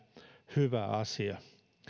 hyvä asia